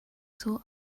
sore